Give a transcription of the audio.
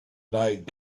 night